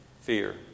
fear